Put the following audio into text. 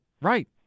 right